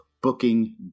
booking